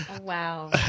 Wow